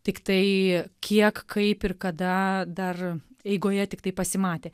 tiktai kiek kaip ir kada dar eigoje tiktai pasimatė